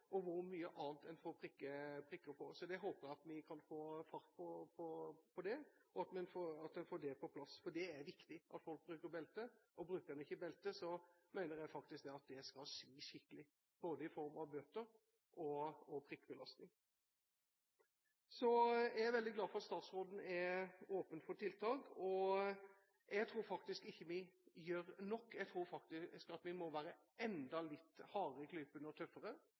og hvor mye annet en får prikker for. Så det håper jeg vi kan få fart på, at vi får det på plass, for det er viktig at folk bruker belte, og bruker en ikke belte, mener jeg at det skal svi skikkelig, både i form av bøter og av prikkbelastning. Jeg er veldig glad for at statsråden er åpen for tiltak. Jeg tror ikke vi gjør nok, jeg tror vi må være enda litt hardere i klypa og tøffere,